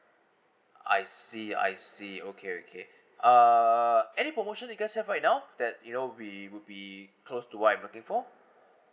I see I see okay okay uh any promotion do you guys have right now that you know we would be close to what I'm looking for